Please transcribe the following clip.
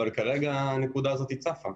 אבל כרגע הנקודה הזו צפה.